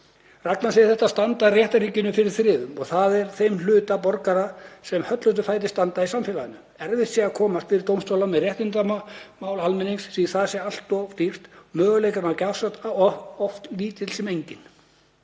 sagði þetta standa réttarríkinu fyrir þrifum, það er þeim hluta borgaranna sem höllustum fæti stendur í samfélaginu. Erfitt sé að komast fyrir dómstóla með réttindamál almennings, því það sé alltof dýrt og möguleikinn á gjafsókn oft lítill sem enginn.